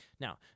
Now